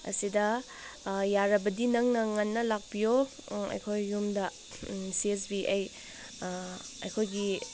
ꯑꯁꯤꯗ ꯌꯥꯔꯕꯗꯤ ꯅꯪꯅ ꯉꯟꯅ ꯂꯥꯛꯄꯤꯌꯣ ꯑꯩꯈꯣꯏ ꯌꯨꯝꯗ ꯁꯤ ꯑꯦꯁ ꯕꯤ ꯑꯩ ꯑꯩꯈꯣꯏꯒꯤ